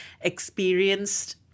experienced